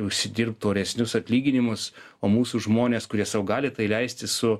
užsidirbt oresnius atlyginimus o mūsų žmonės kurie sau gali tai leisti su